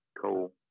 cool